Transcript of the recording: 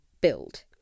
build